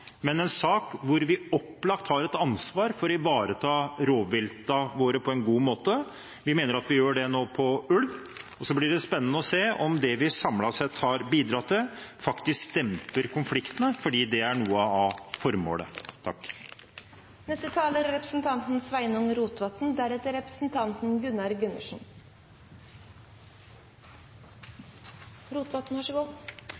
men en sak der vi opplagt har et ansvar for å ivareta rovviltet vårt på en god måte. Vi mener at vi gjør det nå når det gjelder ulv. Så blir det spennende å se om det vi samlet sett har bidratt til, faktisk demper konfliktene, for det er noe av formålet.